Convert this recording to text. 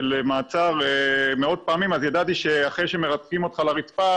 מעצר מאות פעמים ידעתי שאחרי שמרתקים אותך לרצפה,